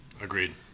Agreed